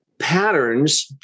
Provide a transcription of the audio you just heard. patterns